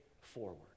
forward